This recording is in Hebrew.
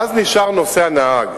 ואז נשאר נושא הנהג.